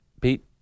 Pete